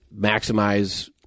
maximize –